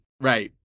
right